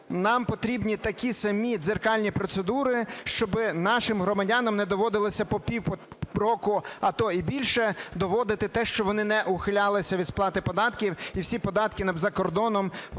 нам потрібні такі самі дзеркальні процедури, щоб нашим громадянам не доводилося по півроку, а то і більше доводити те, що вони не ухилялися від сплати податків, і всі податки за кордоном в